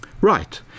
right